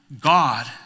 God